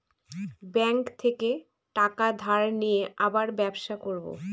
bank থেকে টাকা ধার নিয়ে আবার ব্যবসা করবো